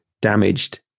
damaged